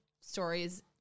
stories